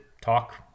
talk